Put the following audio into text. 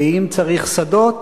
ואם צריך שדות,